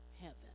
heaven